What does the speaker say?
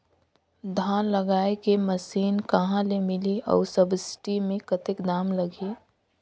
धान जगाय के मशीन कहा ले मिलही अउ सब्सिडी मे कतेक दाम लगही?